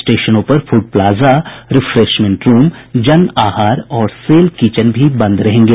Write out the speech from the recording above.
स्टेशनों पर food plaza refreshment room Jan Ahar और सेल किचन भी बंद रहेंगे